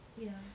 ya